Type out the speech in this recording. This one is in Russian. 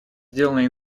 сделанное